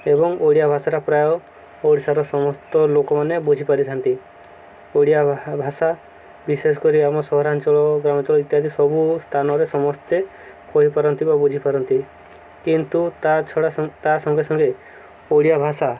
ଏବଂ ଓଡ଼ିଆ ଭାଷାଟା ପ୍ରାୟ ଓଡ଼ିଶାର ସମସ୍ତ ଲୋକମାନେ ବୁଝିପାରିଥାନ୍ତି ଓଡ଼ିଆ ଭାଷା ବିଶେଷକରି ଆମ ସହରାଞ୍ଚଳ ଗ୍ରାମାଞ୍ଚଳ ଇତ୍ୟାଦି ସବୁ ସ୍ଥାନରେ ସମସ୍ତେ କହିପାରନ୍ତି ବା ବୁଝିପାରନ୍ତି କିନ୍ତୁ ତା ଛଡ଼ା ତା ସଙ୍ଗେ ସଙ୍ଗେ ଓଡ଼ିଆ ଭାଷା